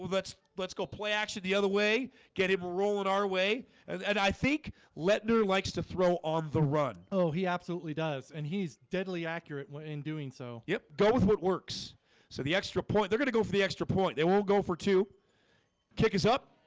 let's let's go play actually the other way get him rolling our way and i think letner likes to throw on the run oh, he absolutely does and he's deadly accurate when in doing so, yep. go with what works so the extra point they're gonna go for the extra point. they won't go for to kick us up